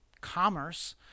commerce